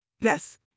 Yes